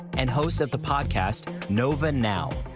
and host of the podcast nova now.